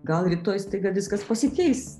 gal rytoj staiga viskas pasikeis